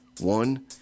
One